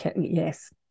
yes